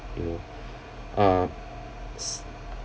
you know uh s~